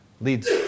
leads